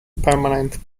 permanent